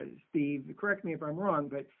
and steve, correct me if i'm wrong, but,